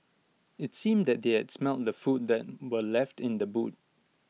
IT seemed that they had smelt the food that were left in the boot